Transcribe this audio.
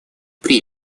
при